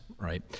Right